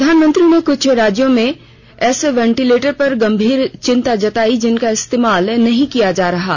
प्रधानमंत्री ने क्छ राज्यों में ऐसे वेंटीलेटर पर गंभीर चिंता जताई जिनका इस्तेमाल नहीं किया जा रहा है